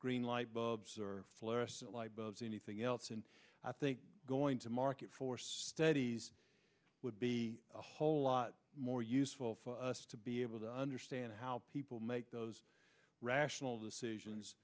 green light bulbs or fluorescent light bulbs anything else and i think going to market for studies would be a whole lot more useful for us to be able to understand how people make those rational decisions